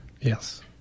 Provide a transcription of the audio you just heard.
Yes